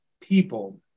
people